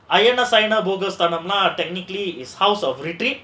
Ayyana Sayana sayana technically his house of retreat